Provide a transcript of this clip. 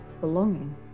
belonging